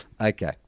Okay